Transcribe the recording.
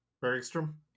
Bergstrom